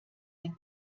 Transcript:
ein